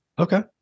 Okay